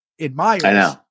admires